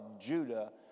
Judah